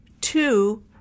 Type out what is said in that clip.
two